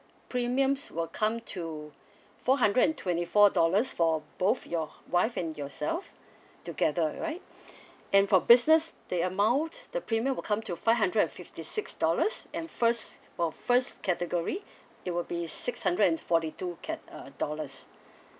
premiums will come to four hundred twenty four dollars for both your wife and yourself together right and for business the amount the premium will come to five hundred fifty six dollars and first for first category it will be six hundred and forty two ca~ uh dollars